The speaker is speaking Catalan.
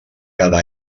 cada